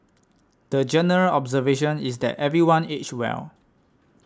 the general observation is that everyone aged well